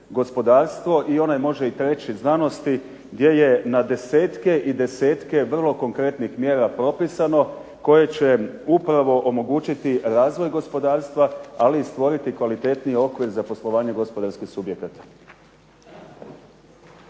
gospodarstvo i onaj može i reći znanosti gdje je na 10-tke vrlo konkretnih mjera propisano koje će omogućiti razvoj gospodarstva ali i stvoriti kvalitetniji okvir za poslovanje gospodarskih subjekata.